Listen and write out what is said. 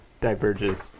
diverges